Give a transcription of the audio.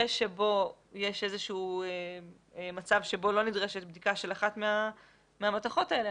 שבו יש איזשהו מצב שבו לא נדרשת בדיקה של אחת מהמתכות האלה,